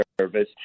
service